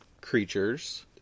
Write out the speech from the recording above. creatures